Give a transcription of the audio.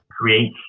creates